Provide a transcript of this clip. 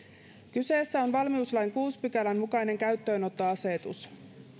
kyseessä on valmiuslain kuudennen pykälän mukainen käyttöönottoasetus